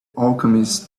alchemist